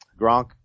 Gronk